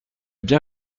bien